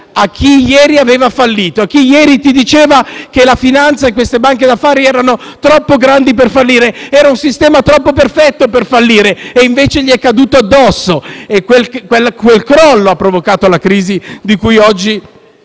a chi ieri ha fallito, a chi ieri diceva che la finanza in quelle banche d'affari era troppo grande per fallire, era un sistema troppo perfetto per fallire e invece gli è caduto addosso. Ed è quel crollo ad aver provocato la crisi cui oggi